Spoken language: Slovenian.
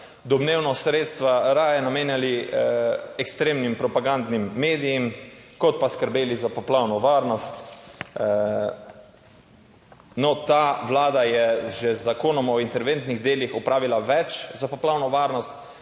domnevno sredstva raje namenjali ekstremnim propagandnim medijem, kot pa skrbeli za poplavno varnost. No, ta vlada je že z Zakonom o interventnih delih opravila več za poplavno varnost